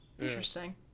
Interesting